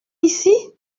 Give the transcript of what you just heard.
ici